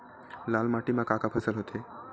लाल माटी म का का फसल होथे?